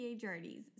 journeys